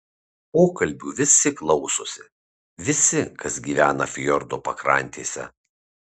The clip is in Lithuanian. pokalbių visi klausosi visi kas gyvena fjordo pakrantėse